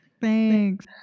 Thanks